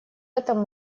этом